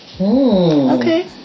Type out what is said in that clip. Okay